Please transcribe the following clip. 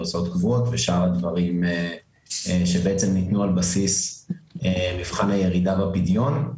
הוצאות קבועות ושאר הדברים שניתנו על בסיס מבחני ירידה בפדיון.